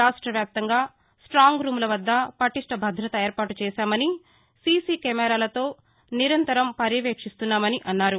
రాష్ట వ్యాప్తంగా ప్రాంగ్ రూమ్ల వద్ద పటిష్ఠభదత ఏర్పాటు చేశామని సీసీ కెమెరాలతో నిరంతరం పర్యవేక్షిస్తున్నామన్నారు